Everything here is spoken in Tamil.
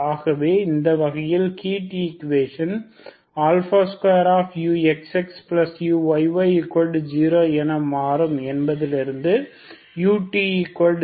ஆகவே இந்த வகையில் ஹீட் ஈக்குவேஷன் 2uxxuyy0 என மாறும் என்பதிலிருந்து ut0